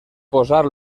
posar